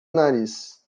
nariz